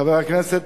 חבר הכנסת